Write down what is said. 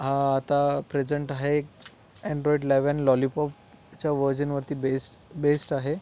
हा आता प्रेझेंट आहे अँड्रॉइड लेवन लॉलीपॉपच्या वर्जनवरती बेस बेस्ड आहे